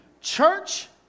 church